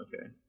Okay